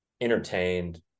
entertained